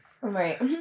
Right